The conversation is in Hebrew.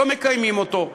לא מקיימים אותו.